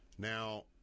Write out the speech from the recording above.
Now